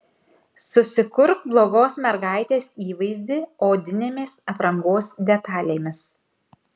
susikurk blogos mergaitės įvaizdį odinėmis aprangos detalėmis